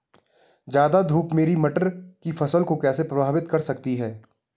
ज़्यादा धूप मेरी मटर की फसल को कैसे प्रभावित कर सकती है?